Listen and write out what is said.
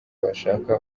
bashaka